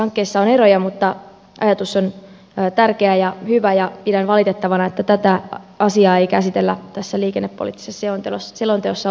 näissä hankkeissa on eroja mutta ajatus on tärkeä ja hyvä ja pidän valitettavana että tätä asiaa ei käsitellä tässä liikennepoliittisessa selonteossa ollenkaan